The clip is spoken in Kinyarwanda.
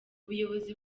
ubuyobozi